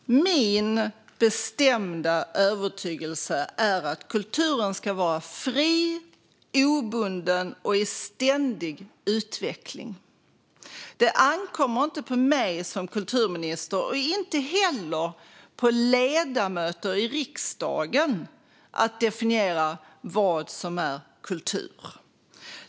Fru talman! Min bestämda övertygelse är att kulturen ska vara fri, obunden och i ständig utveckling. Det ankommer inte på mig som kulturminister och inte heller på ledamöter i riksdagen att definiera vad som är kultur.